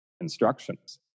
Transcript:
instructions